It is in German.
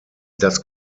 das